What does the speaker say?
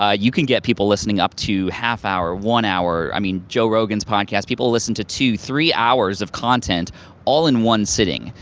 ah you can get people listening up to half hour, one hour. i mean joe rogan's podcast, people listen to two, three hours of content all in one sitting.